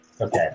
Okay